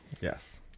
Yes